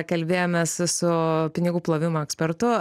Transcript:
kalbėjomės su pinigų plovimo ekspertu